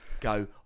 go